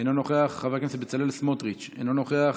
אינו נוכח, חבר הכנסת בצלאל סמוטריץ' אינו נוכח,